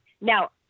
now